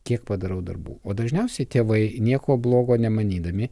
kiek padarau darbų o dažniausiai tėvai nieko blogo nemanydami